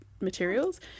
materials